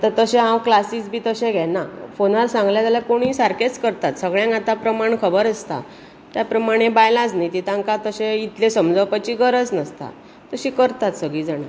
आता तशें हांव क्लासीस बी तशें घेना फॉनार सांगले जाल्यार कोणुय सारकेंच करता सगळ्यांक आतां प्रमाण खबर आसता त्या प्रमाणे बायलांच न्ही तीं तांकां तशें इतलें समजावपाची गरज नासता तशीं करतात सगळीं जाणां